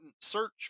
search